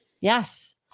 Yes